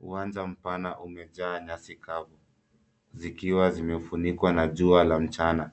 Uwanja mpana umejaa nyasi kavu zikiwa zimefunikwa na jua la mchana.